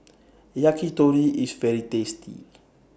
Yakitori IS very tasty